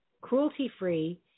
cruelty-free